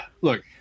look